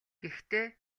гэхдээ